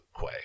Quay